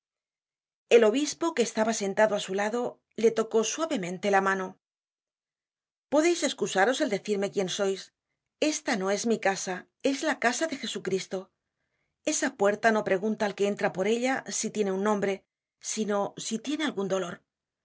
el obispo que estaba sentado á su lado le tocó suavemente la mano podeis escusaros el decirme quien sois esta no es mi casa es la casa de jesucristo esa puerta no pregunta al que entra por ella si tiene un nombre sino si tiene algun dolor